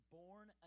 born